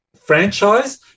franchise